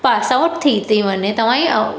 पास out थी थी वञे तव्हांजे